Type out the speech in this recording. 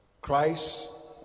Christ